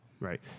Right